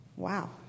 Wow